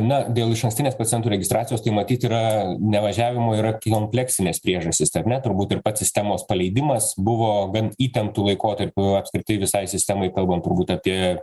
na dėl išankstinės pacientų registracijos tai matyt yra ne važiavimo yra kompleksinės priežastys ar ne turbūt ir pats sistemos paleidimas buvo gan įtemptu laikotarpiu apskritai visai sistemai kalbant turbūt apie